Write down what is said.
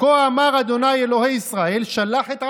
"כה אמר ה' אלהי ישראל שלח את עמי".